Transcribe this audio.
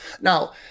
Now